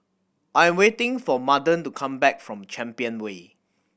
I am waiting for Madden to come back from Champion Way